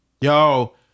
Yo